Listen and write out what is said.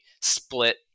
split